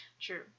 True